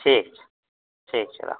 ठीक छै ठीक छै राखु